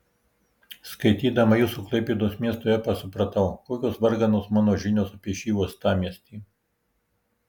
skaitydama jūsų klaipėdos miesto epą supratau kokios varganos mano žinios apie šį uostamiestį